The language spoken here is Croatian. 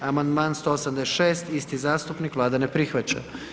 Amandman 186., isti zastupnik, Vlada ne prihvaća.